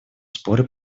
споры